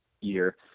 year